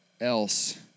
else